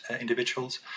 individuals